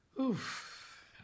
Oof